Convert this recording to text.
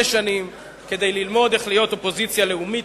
שנים כדי ללמוד איך להיות אופוזיציה לאומית